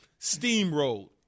steamrolled